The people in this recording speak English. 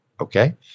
okay